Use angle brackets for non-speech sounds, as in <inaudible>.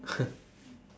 <laughs>